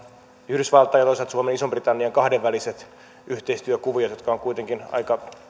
yhdysvaltain ja toisaalta suomen ja ison britannian kahdenväliset yhteistyökuviot jotka ovat kuitenkin aika